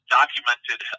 documented